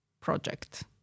project